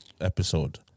episode